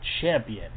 Champion